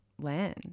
land